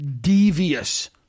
devious